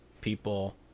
people